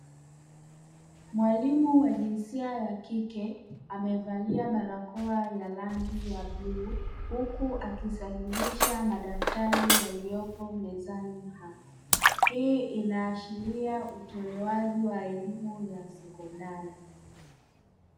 Mwalimu wa jinsia ya kike amevalia barakoa ya rangi ya bluu huku akisahihisha madaftari yaliyopo mezani hapa. Hii inaashiria utolewaji wa elimu ya sekondari.